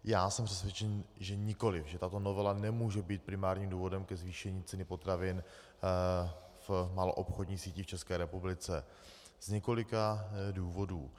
Já jsem přesvědčený že nikoliv, že tato novela nemůže být primárním důvodem ke zvýšení ceny potravin v maloobchodní síti v České republice, z několika důvodů.